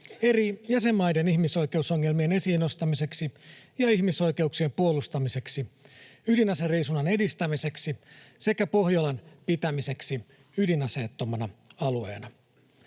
eri jäsenmaiden ihmisoikeusongelmien esiin nostamiseksi ja ihmisoikeuksien puolustamiseksi, ydinaseriisunnan edistämiseksi sekä Pohjolan pitämiseksi ydinaseettomana alueena.